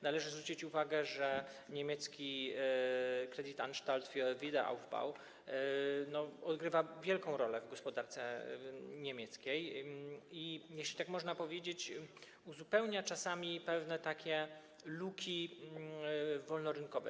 Należy zwrócić uwagę, że niemiecki Kreditanstalt für Wiederaufbau odgrywa wielką rolę w gospodarce niemieckiej i, jeśli tak można powiedzieć, uzupełnia czasami pewne luki wolnorynkowe.